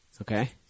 Okay